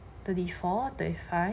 thirty four thirty five